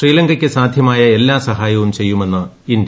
ശ്രീല്ലങ്കയ്ക്ക് സാധ്യമായ എല്ലാം സഹായവും ചെയ്യുമീന്ന് ഇന്ത്യ